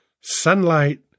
Sunlight